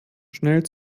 schnell